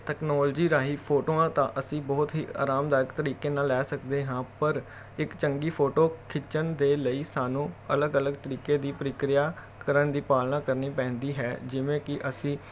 technology ਰਾਹੀਂ ਫੋਟੋਆਂ ਤਾਂ ਅਸੀਂ ਬਹੁਤ ਹੀ ਆਰਾਮਦਾਇਕ ਤਰੀਕੇ ਨਾਲ ਲੈ ਸਕਦੇ ਹਾਂ ਪਰ ਇੱਕ ਚੰਗੀ ਫੋਟੋ ਖਿੱਚਣ ਦੇ ਲਈ ਸਾਨੂੰ ਅਲੱਗ ਅਲੱਗ ਤਰੀਕੇ ਦੀ ਪ੍ਰਕਿਰਿਆ ਕਰਨ ਦੀ ਪਾਲਣਾ ਕਰਨੀ ਪੈਂਦੀ ਹੈ ਜਿਵੇਂ ਕਿ ਅਸੀਂ